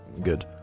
good